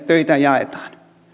töitä jaetaan